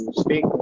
speak